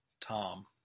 Tom